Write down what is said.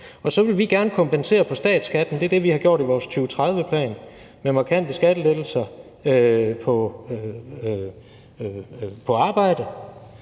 Så vil vi gerne kompensere på statsskatten – det er det, vi har gjort i vores 2030-plan – med markante skattelettelser på arbejde.